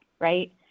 right